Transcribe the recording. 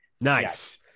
Nice